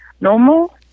normal